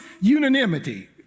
unanimity